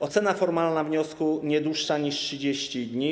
Ocena formalna wniosku - nie dłuższa niż 30 dni.